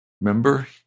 Remember